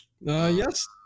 Yes